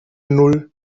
null